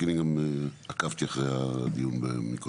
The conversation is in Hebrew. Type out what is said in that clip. כי אני גם עקבתי אחרי הדיון מקודם.